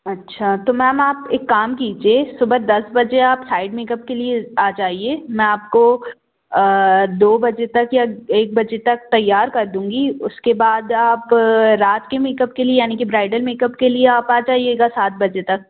अच्छा तो मैम आप एक काम कीजिए सुबह दस बजे आप साइड मेकअप के लिए आ जाइए मैं आपको दो बजे तक या एक बजे तक तैयार कर दूँगी उसके बाद आप रात के मेकअप के लिए यानी कि ब्राइडल मेकअप के लिए आप आ जाइएगा सात बजे तक